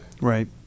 Right